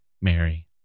Mary